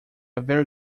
very